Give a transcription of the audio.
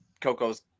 Coco's